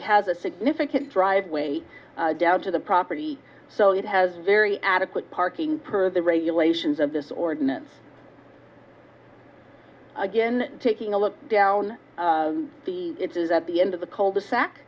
has a significant driveway down to the property so it has very adequate parking per the regulations of this ordinance again taking a look down the it is at the end of the cul de